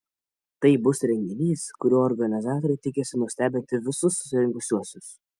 tai bus renginys kuriuo organizatoriai tikisi nustebinti visus susirinkusiuosius